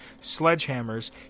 sledgehammers